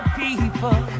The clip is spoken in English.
people